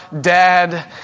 Dad